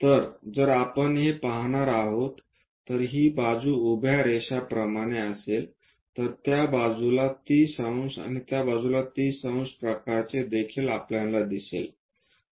तर जर आपण हे पाहणार आहोत तर ही बाजू उभ्या रेषाप्रमाणे असेल तर त्या बाजूला 30 अंश आणि त्या बाजूला 30 अंश प्रकारचे देखील आपल्याला दिसेल